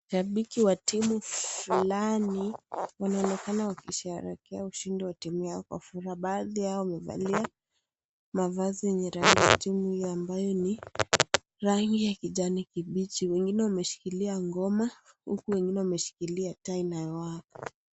Mashabiki wa timu fulani wanaonekana wakisheherekea ushindi wa timu yao kwa furaha, baadhi yao wamevalia mavazi yenye rangi ya timu yao ambayo ni rangi ya kijani kibichi, wengine wameshikilia ngoma huku wengine wameshikilia taa inayowaka.